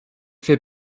fait